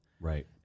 right